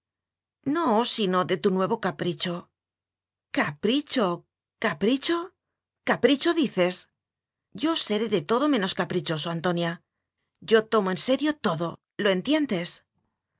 no sino de tu nuevo capricho capricho capricho capricho dices yo seré todo menos caprichoso antonia yo tomo todo en serio todo lo entiendes